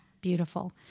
beautiful